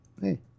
hey